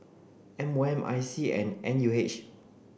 M O M I C and N U H